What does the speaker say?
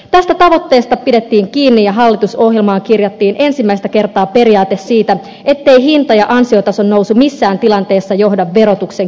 tästä tavoitteesta pidettiin kiinni ja hallitusohjelmaan kirjattiin ensimmäistä kertaa periaate siitä ettei hinta ja ansiotason nousu missään tilanteessa johda verotuksen kiristymiseen